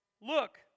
Look